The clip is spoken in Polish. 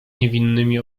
niewinnymi